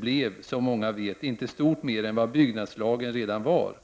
blev, som många vet, inte stort mer än vad byggnadslagen redan var.